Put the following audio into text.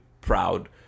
proud